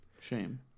shame